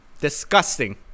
Disgusting